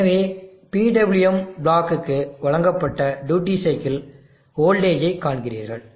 எனவே PWM பிளாக்குக்கு வழங்கப்பட்ட டியூட்டி சைக்கிள் வோல்டேஜை காண்கிறீர்கள்